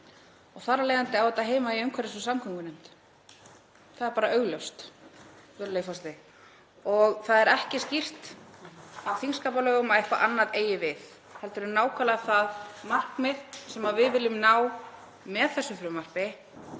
Þar af leiðandi á þetta heima í umhverfis- og samgöngunefnd. Það er bara augljóst, virðulegi forseti. Það er ekki skýrt af þingskapalögum að eitthvað annað eigi við heldur en nákvæmlega það markmið sem við viljum ná með þessu frumvarpi